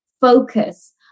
focus